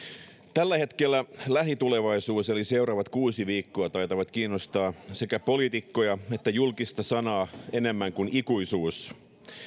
tällä hetkellä lähitulevaisuus eli seuraavat kuusi viikkoa taitavat kiinnostaa sekä poliitikkoja että julkista sanaa enemmän kuin ikuisuus